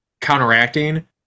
counteracting